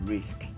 Risk